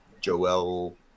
Joel